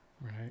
Right